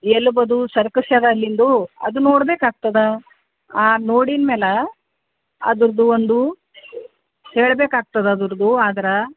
ಎಲುಬದು ಸರ್ಕಸ್ಯದ ನಿಂದು ಅದು ನೋಡ್ಬೇಕಾಗ್ತದೆ ನೋಡಿದ ಮ್ಯಾಲೆ ಅದ್ರದ್ದು ಒಂದು ಹೇಳ್ಬೇಕಾಗ್ತದೆ ಅದ್ರದ್ದು ಆದ್ರೆ